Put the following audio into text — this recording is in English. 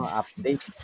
update